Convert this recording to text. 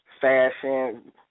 fashion